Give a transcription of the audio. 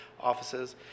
offices